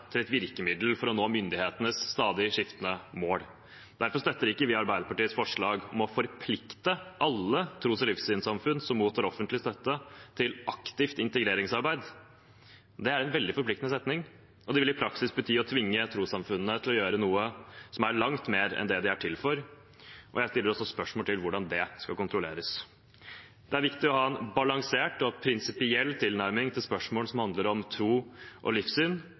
til et virkemiddel for å nå myndighetenes stadig skiftende mål. Derfor støtter vi ikke Arbeiderpartiets forslag om å forplikte alle tros- og livssynssamfunn som mottar offentlig støtte, til aktivt integreringsarbeid. Det er en veldig forpliktende setning. Det vil i praksis bety å tvinge trossamfunnene til å gjøre noe langt mer enn det de er til for, og jeg stiller også spørsmål om hvordan det skal kontrolleres. Det er viktig å ha en balansert og prinsipiell tilnærming til spørsmål som handler om tro og livssyn,